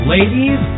Ladies